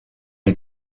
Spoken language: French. est